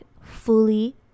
fully